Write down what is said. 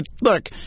Look